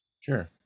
sure